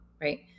Right